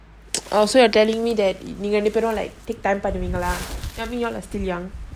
oh so you are telling me that you gonna put on like take time நீங்கரெண்டுபெரும்:neenga renduperum you all are still young